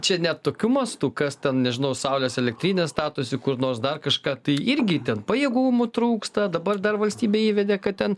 čia net tokiu mastu kas ten nežinau saulės elektrines statosi kur nors dar kažką tai irgi ten pajėgumų trūksta dabar dar valstybė įvedė kad ten